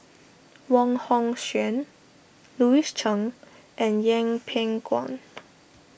Wong Hong Suen Louis Chen and Yeng Pway Ngon